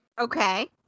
Okay